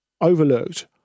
overlooked